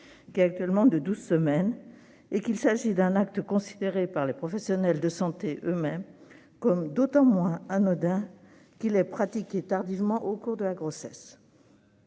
qui est actuellement de douze semaines, et que cet acte est considéré par les professionnels de santé eux-mêmes comme d'autant moins anodin qu'il est pratiqué tardivement au cours de la grossesse